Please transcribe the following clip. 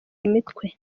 imitwe